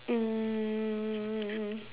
um